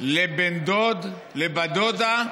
לבן דוד, לבת דודה,